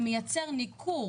הגישה הזאת תייצר ניכור